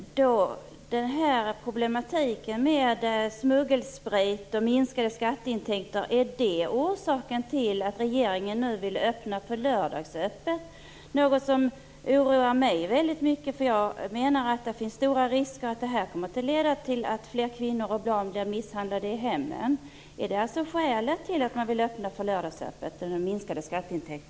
Fru talman! Det gäller problematiken med smuggelsprit och minskade skatteintänkter. Är detta orsaken till att regeringen nu vill öppna för lördagsöppet, något som oroar mig väldigt mycket? Jag menar att det finns stora risker för att lördagsöppet leder till att fler kvinnor och barn blir misshandlade i hemmen. Är alltså de minskade skatteintäkterna skälet till att man vill öppna för lördagsöppet?